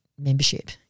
membership